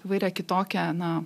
įvairią kitokią na